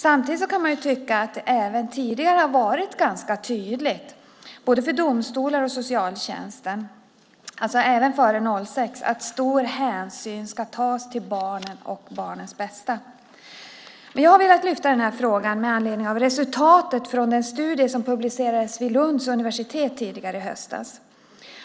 Samtidigt kan man tycka att det även tidigare har varit ganska tydligt både för domstolar och för socialtjänsten, även före 2006, att stor hänsyn ska tas till barnet och barnets bästa. Jag har velat lyfta upp frågan med anledning av resultatet från den studie som publicerades vid Lunds universitet tidigare i höstas.